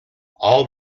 all